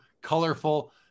colorful